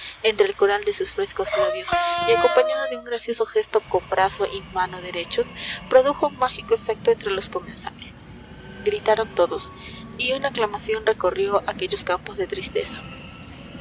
entre el coral de sus frescos labios y acompañada de un gracioso gesto con brazo y mano derechos produjo mágico efecto entre los comensales gritaron todos y una aclamación recorrió aquellos campos de tristeza